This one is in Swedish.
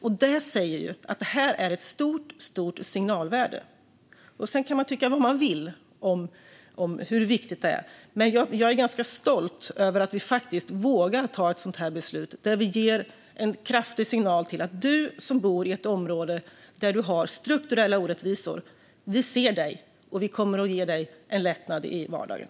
Detta säger att det finns ett stort signalvärde. Sedan kan man tycka vad man vill om hur viktigt det är. Men jag är ganska stolt över att vi vågar ta ett sådant här beslut. Vi ger en kraftig signal till den som bor i ett område med strukturella orättvisor: Vi ser dig, och vi kommer att ge dig en lättnad i vardagen!